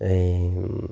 এই